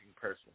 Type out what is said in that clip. person